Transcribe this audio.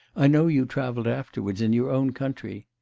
i know you travelled afterwards in your own country.